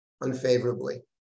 unfavorably